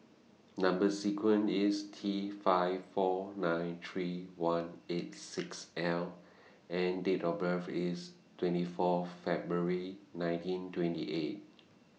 Number sequence IS T five four nine three one eight six L and Date of birth IS twenty four February nineteen twenty eight